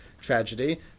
tragedy